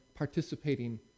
participating